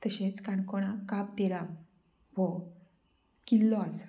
तशेंच काणकोणाक काब दे राम हो किल्लो आसा